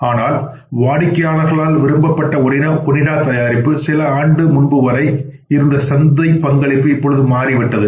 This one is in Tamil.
ஆனால் வாடிக்கையாளரால் விரும்பப்பட்ட ஒனிடா தயாரிப்பு சில ஆண்டுகளுக்கு முன்புவரை இருந்தசந்தைப் பங்களிப்பு மாறிவிட்டது